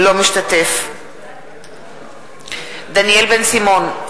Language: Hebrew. אינו משתתף בהצבעה דניאל בן-סימון,